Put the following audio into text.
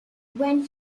when